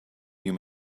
you